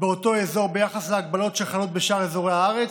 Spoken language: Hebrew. באותו אזור ביחס להגבלות שחלות בשאר אזורי הארץ,